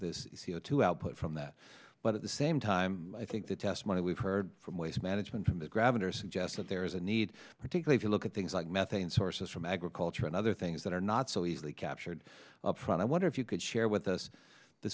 o two output from that but at the same time i think the testimony we've heard from waste management from the gravitar suggest that there is a need particular if you look at things like methane sources from agriculture and other things that are not so easily captured upfront i wonder if you could share with us t